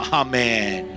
amen